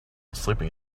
sleeping